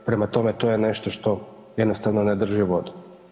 Prema tome to je nešto što jednostavno ne drži vodu.